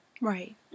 Right